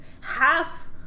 half